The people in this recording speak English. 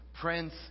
Prince